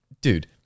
dude